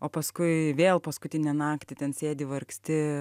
o paskui vėl paskutinę naktį ten sėdi vargsti